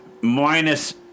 minus